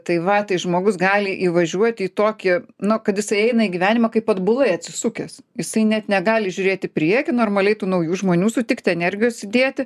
tai va tai žmogus gali įvažiuoti į tokį nu kad jis eina į gyvenimą kaip atbulai atsisukęs jisai net negali žiūrėti priekin normaliai tų naujų žmonių sutikti energijos įdėti